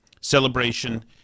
celebration